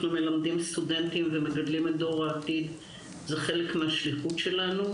מלמדים סטודנטים ומגדלים את דור העתיד זה חלק מהשליחות שלנו,